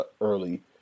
early